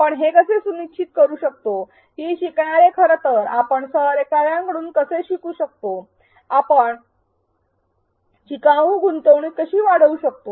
आपण हे कसे सुनिश्चित करू शकतो की शिकणारे खरं तर आपण सहकाऱ्यांकडून कसे शिकू शकतो आपण शिकाऊ गुंतवणूक कशी वाढवू शकतो